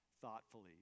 thoughtfully